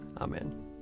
Amen